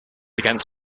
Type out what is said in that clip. against